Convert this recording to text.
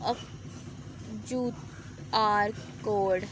O U R code